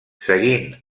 seguint